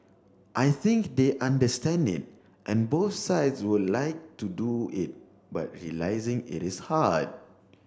I think they understand it and both sides would like to do it but realising it is hard